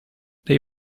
they